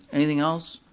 anything else?